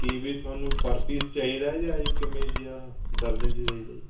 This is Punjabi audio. ਕੀਵੀ ਤੁਹਾਨੂੰ ਪਰ ਪੀਸ ਚਾਹੀਦਾ ਜਾਂ ਕਿਵੇਂ ਜੀ ਆਹ ਦਰਜਨ 'ਚ ਚਾਹੀਦਾ ਜੀ